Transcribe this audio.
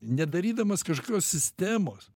nedarydamas kažkokios sistemos